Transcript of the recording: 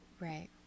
Right